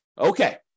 Okay